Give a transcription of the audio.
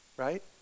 right